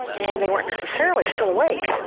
and they weren't necessarily still awake.